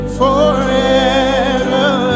forever